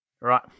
Right